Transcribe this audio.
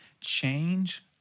change